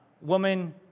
woman